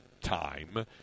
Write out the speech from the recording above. time